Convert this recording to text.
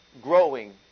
growing